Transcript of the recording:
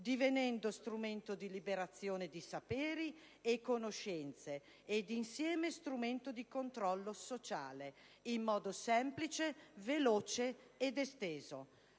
divenendo strumento di liberazione di saperi e conoscenze ed insieme strumento di controllo sociale in modo semplice, veloce ed esteso.